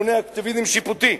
המכונה "אקטיביזם שיפוטי",